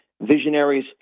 visionaries